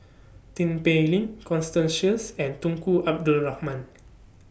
Tin Pei Ling Constance Sheares and Tunku Abdul Rahman